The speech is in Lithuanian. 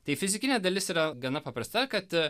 tai fizikinė dalis yra gana paprasta kad a